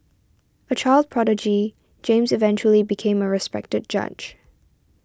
a child prodigy James eventually became a respected judge